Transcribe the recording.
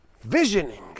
Visioning